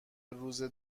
روزه